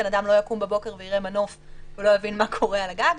בן אדם לא יקום בבוקר ויראה מנוף ולא יבין מה קורה על הגג,